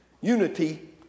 Unity